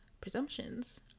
presumptions